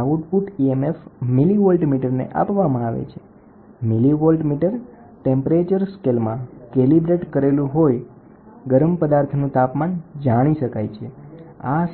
Stephen બોલ્ટ્ઝમેનનો નિયમ એવું સૂચવે છે કે બ્લેક બોડી દ્વારા થતું ટોટલ રેડિયેશન